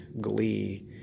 Glee